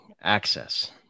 access